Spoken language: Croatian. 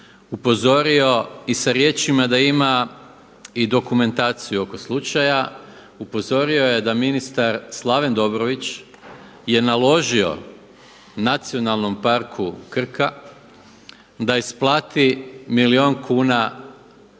upozorio i sa riječima da ima i dokumentaciju oko slučaja, upozorio je da ministar Slaven Dobrović je naložio Nacionalnom parku Krka da isplati milijun kuna